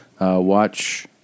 Watch